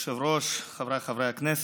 כבוד היושב-ראש, חבריי חברי הכנסת,